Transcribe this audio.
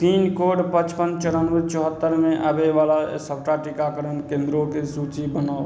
pin code पचपन चौरानवे चौहत्तरमे आबयवला सबटा टीकाकरण केन्द्रोके सूची बनाउ